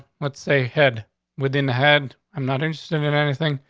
what's a head within the head? i'm not interested in anything.